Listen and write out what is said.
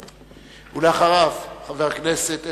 ואחריו, חבר הכנסת אלדד.